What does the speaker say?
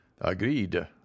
agreed